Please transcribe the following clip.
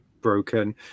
broken